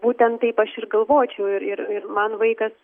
būtent taip aš ir galvočiau ir ir ir man vaikas